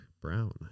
Brown